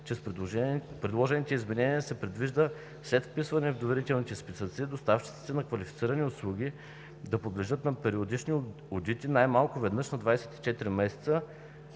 че с предложените изменения се предвижда след вписването в доверителните списъци доставчиците на квалифицирани удостоверителни услуги да подлежат на периодични одити най-малко веднъж на 24 месеца